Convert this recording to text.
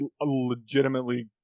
legitimately